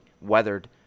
weathered